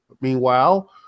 Meanwhile